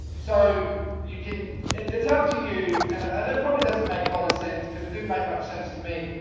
so you can it's up to you and and it probably doesn't make a lot of sense because it didn't make much sense to me,